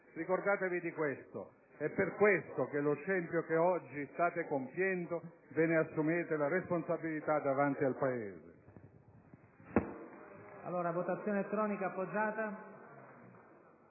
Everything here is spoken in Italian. Ricordatevi di questo. È per questo che dello scempio che oggi state compiendo vi assumete la responsabilità davanti al Paese.